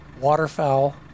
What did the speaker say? waterfowl